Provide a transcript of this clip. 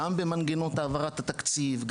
גם במנגנון העברת התקציב.